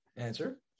answer